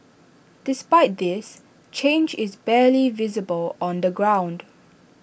despite this change is barely visible on the ground